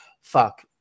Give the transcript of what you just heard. Fuck